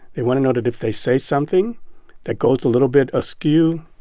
they want to know that if they say something that goes a little bit askew,